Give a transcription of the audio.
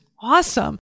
awesome